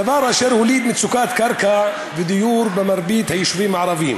דבר אשר הוליד מצוקת קרקע ודיור במרבית היישובים הערביים.